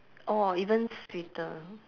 orh even sweeter